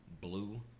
Blue